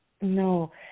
No